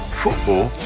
football